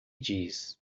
diz